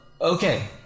Okay